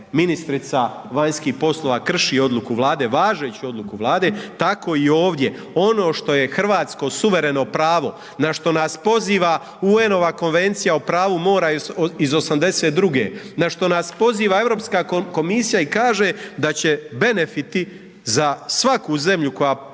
Ministrica vanjskih poslova krši odluku Vlade, važeću odluku Vlade, tako i ovdje, ono što je hrvatsko suvereno pravo, na što nas poziva UN-ova konvencija o pravu mora iz 82.-e, na što nas poziva EU komisija i kaže da će benefiti za svaku zemlju koja